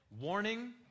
warning